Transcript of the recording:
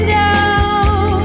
down